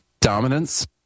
dominance